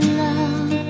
love